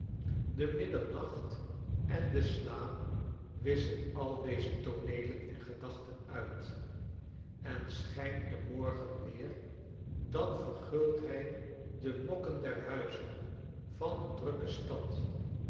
de middernacht en de slaap wisschen al deze tooneelen en gedachten uit en schilnt de morgen weer dan verguldt hij de nokken der huizen van een drukke stad